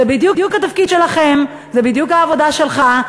זה בדיוק התפקיד שלכם, זה בדיוק העבודה שלך.